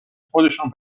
خودشون